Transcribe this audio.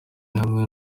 hamwe